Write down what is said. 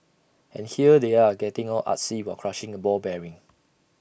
and here they are getting all artsy while crushing A ball bearing